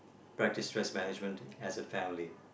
practice stress management as a family